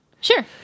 Sure